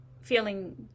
feeling